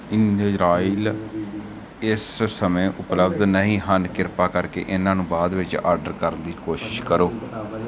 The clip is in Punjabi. ਇੰਜਜ਼ਰਾਈਲ ਇਸ ਸਮੇਂ ਉਪਲੱਬਧ ਨਹੀਂ ਹਨ ਕ੍ਰਿਪਾ ਕਰਕੇ ਇਹਨਾਂ ਨੂੰ ਬਾਅਦ ਵਿੱਚ ਆਰਡਰ ਕਰਨ ਦੀ ਕੋਸ਼ਿਸ਼ ਕਰੋ